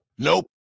Nope